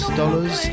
dollars